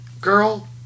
Girl